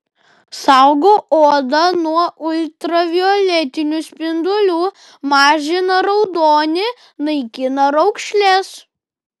saugo odą nuo ultravioletinių spindulių mažina raudonį naikina raukšles